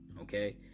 Okay